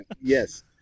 yes